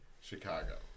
Chicago